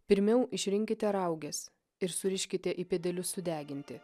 pirmiau išrinkite rauges ir suriškite į pėdelius sudeginti